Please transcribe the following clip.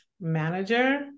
manager